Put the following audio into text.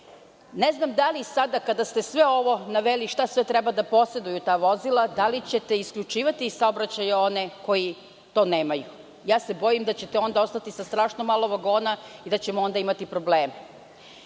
znam da li sada kada ste sve ovo naveli šta sve treba da poseduju ta vozila, da li ćete isključivati iz saobraćaja one koji to nemaju? Bojim se da ćete onda ostati sa strašno malo vagona i da ćemo imati probleme. Zatim,